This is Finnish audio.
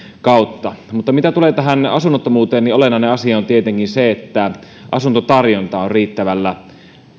kautta mutta mitä tulee asunnottomuuteen niin olennainen asia on tietenkin se että asuntotarjonta on riittävällä